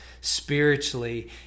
spiritually